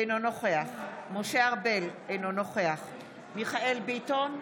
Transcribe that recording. אינו נוכח משה ארבל, אינו נוכח מיכאל מרדכי ביטון,